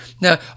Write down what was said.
Now